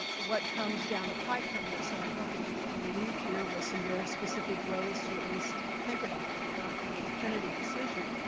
what comes down the pike from this, and i'm hoping we can leave here with some very specific ways to at least think about, not not a definitive decision,